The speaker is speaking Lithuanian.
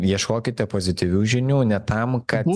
iešokite pozityvių žinių ne tam kad